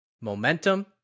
momentum